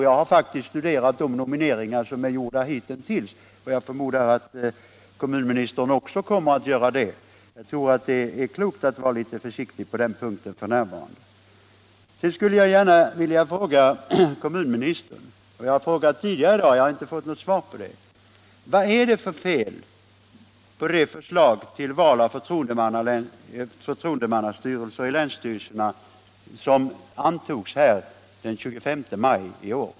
Jag har faktiskt studerat de nomineringar som är gjorda hitintills, och jag förmodar att kommunministern också kommer att göra det. Jag tror som sagt det är klokt att vara försiktig på den punkten Én. Jag skulle gärna vilja fråga kommunministern — jag har frågat tidigare i dag men inte fått något svar: Vad är det för fel på det förslag till val av förtroendemannastyrelser i länsstyrelserna som antogs den 25 maj i år?